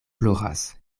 ploras